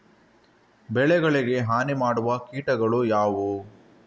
ಬೆಳೆಗಳಿಗೆ ಹಾನಿ ಮಾಡುವ ಕೀಟಗಳು ಯಾವುವು?